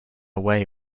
way